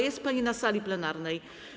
Jest pani na sali plenarnej.